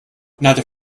neither